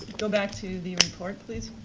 go back to the report please.